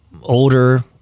older